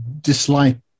dislike